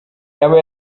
yaba